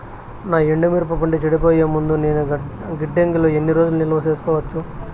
నా ఎండు మిరప పంట చెడిపోయే ముందు నేను గిడ్డంగి లో ఎన్ని రోజులు నిలువ సేసుకోవచ్చు?